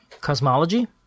cosmology